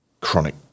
chronic